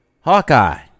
Hawkeye